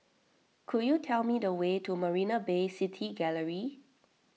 could you tell me the way to Marina Bay City Gallery